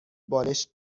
بالشت